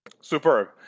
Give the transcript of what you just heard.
Superb